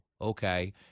okay